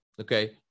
okay